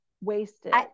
wasted